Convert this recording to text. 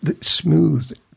smooth